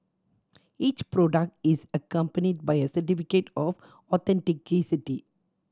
each product is accompanied by a certificate of